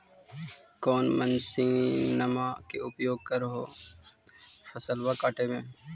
कौन मसिंनमा के उपयोग कर हो फसलबा काटबे में?